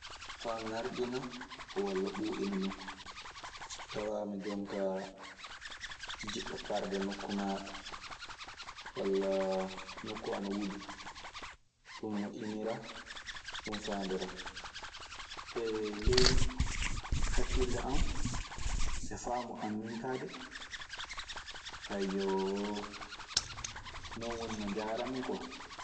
Faa ŋarɗina walla ɓuuɓina nokku. So tawaama jon kaa a jiɗɗo parde nokkun maaɗa walla nokku ana wuli. Ɗun moƴƴiniraa. Ɗun faandoraa. E ley hakkille an e faamu an min kaa de. Non woni no njaarammi kwa.